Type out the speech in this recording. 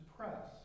Press